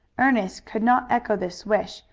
ernest could not echo this wish,